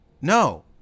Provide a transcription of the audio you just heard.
No